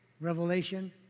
revelation